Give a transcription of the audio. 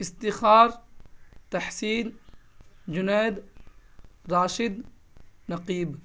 Istikhar Tahseen Junaid Rashid Naqeeb